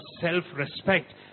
self-respect